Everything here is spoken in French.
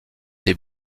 des